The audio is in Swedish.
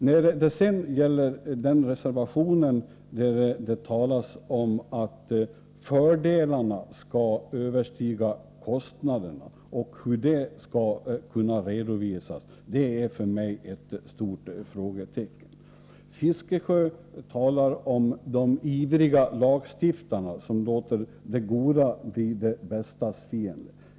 När det sedan gäller den reservation där det talas om att fördelarna skall överstiga kostnaderna vill jag sätta ett stort frågetecken för hur det skall kunna redovisas. Fiskesjö talade om de ivriga lagstiftarna som låter det goda bli det bästas fiende.